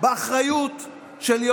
עליהם שזה משחרר אותם.